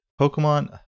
Pokemon